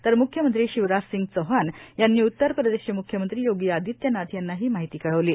तर मुख्यमंत्री शिवराजसिंग चौहान यांनी उत्तरप्रदेशचे मुख्यमंत्री योगी आदित्यनाथ यांना ही माहिती कळविली आहे